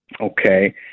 Okay